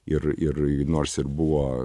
ir ir nors ir buvo